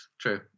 true